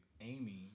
Amy